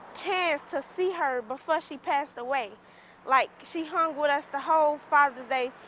to to see her before she passed away like she heard what us the whole five the day.